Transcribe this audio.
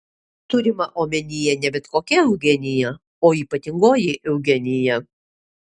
turima omenyje ne bet kokia eugenija o ypatingoji eugenija